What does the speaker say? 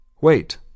Wait